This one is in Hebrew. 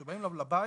שבאים אליו לבית,